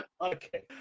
Okay